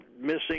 missing